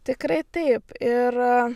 tikrai taip ir